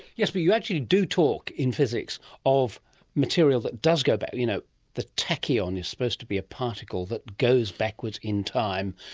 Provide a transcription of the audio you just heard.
yes, but you actually do talk in physics of material that does go back. you know the tachyon is supposed to be a particle that goes backwards in time,